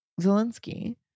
Zelensky